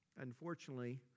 Unfortunately